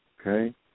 Okay